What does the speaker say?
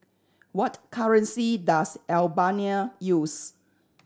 what currency does Albania use